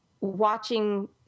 watching